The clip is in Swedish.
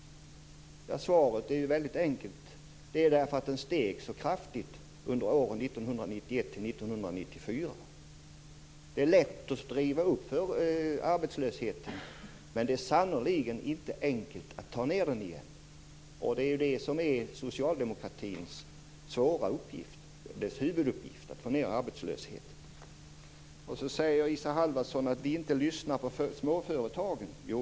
Svaret är väldigt enkelt: Det är därför att den steg så kraftigt under åren 1991-1994. Det är lätt att driva upp arbetslösheten. Men det är sannerligen inte enkelt att ta ned den igen. Det är Socialdemokraternas svåra uppgift. Huvuduppgiften är att få ned arbetslösheten. Isa Halvarsson säger att vi inte lyssnar på småföretagen.